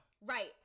right